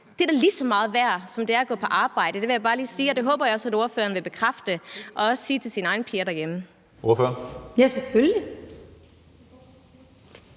Det er da lige så meget værd, som det er at gå på arbejde. Det vil jeg bare lige sige, og det håber jeg også at ordføreren vil bekræfte og også sige til sine egne piger derhjemme. Kl. 15:38 Tredje